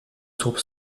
troupes